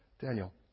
Daniel